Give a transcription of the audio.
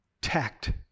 tact